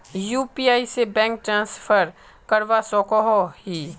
UPI से bank transfer करवा सकोहो ही?